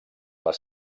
les